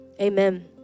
amen